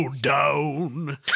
down